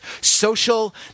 social